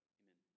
amen